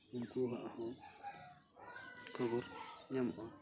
ᱩᱱᱠᱩᱣᱟᱜ ᱦᱚᱸ ᱠᱷᱚᱵᱚᱨ ᱧᱟᱢᱚᱜᱼᱟ